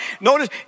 Notice